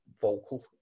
vocal